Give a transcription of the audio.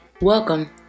Welcome